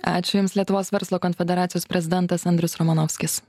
ačiū jums lietuvos verslo konfederacijos prezidentas andrius romanovskis